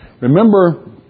Remember